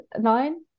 nine